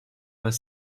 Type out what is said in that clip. pas